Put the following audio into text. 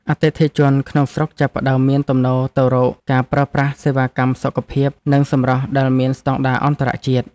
អតិថិជនក្នុងស្រុកចាប់ផ្តើមមានទំនោរទៅរកការប្រើប្រាស់សេវាកម្មសុខភាព និងសម្រស់ដែលមានស្តង់ដារអន្តរជាតិ។